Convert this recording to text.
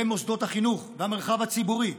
מוסדות החינוך והמרחב הציבורי.